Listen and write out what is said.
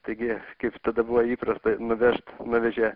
taigi kaip tada buvo įprasta nuvežt nuvežė